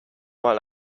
mal